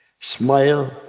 smile,